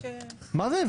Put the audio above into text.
מי אמר